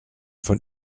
von